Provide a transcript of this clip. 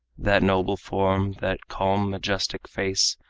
that noble form, that calm, majestic face,